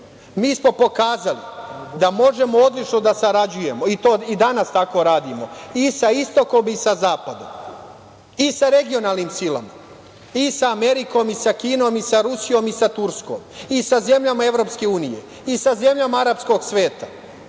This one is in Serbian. smo pokazali da možemo odlično da sarađujemo i to i danas tako radimo i sa istokom i sa zapadom, i sa regionalnim silama, i sa Amerikom i sa Kinom, i sa Rusijom i sa Turskom, i sa zemljama EU i sa zemljama arapskog sveta.